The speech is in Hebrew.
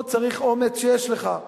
פה צריך אומץ שיש לך,